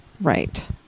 right